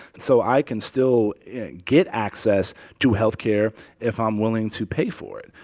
so i can still get access to health care if i'm willing to pay for it,